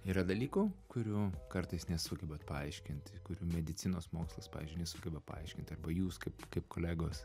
yra dalykų kurių kartais nesugebat paaiškint kurių medicinos mokslas pavyzdžiui nesugeba paaiškinti arba jūs kaip kaip kolegos